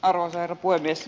arvoisa herra puhemies